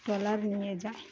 trawler নিয়ে যায়